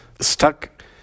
stuck